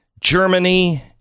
Germany